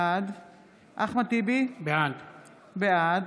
בעד אחמד טיבי, בעד